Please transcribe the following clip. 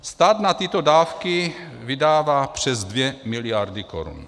Stát na tyto dávky vydává přes dvě miliardy korun.